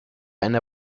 eine